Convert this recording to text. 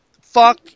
Fuck